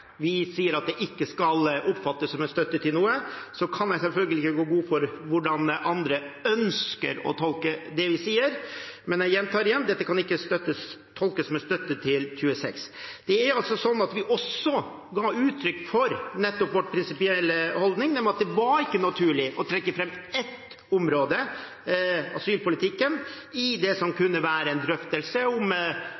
Vi sier at det ikke skal oppfattes som en støtte til noe. Jeg kan selvfølgelig ikke gå god for hvordan andre ønsker å tolke det vi sier, men jeg gjentar igjen: Dette kan ikke tolkes som en støtte til artikkel 26. Det er altså slik at vi ga uttrykk for vår prinsipielle holdning, nemlig at det ikke var naturlig å trekke fram ett område, asylpolitikken, i det som